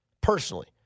personally